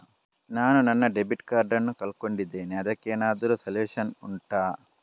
ನಾನು ನನ್ನ debit card ನ್ನು ಕಳ್ಕೊಂಡಿದ್ದೇನೆ ಅದಕ್ಕೇನಾದ್ರೂ ಸೊಲ್ಯೂಷನ್ ಉಂಟಾ